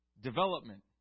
development